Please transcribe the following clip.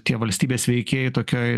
tie valstybės veikėjai tokioj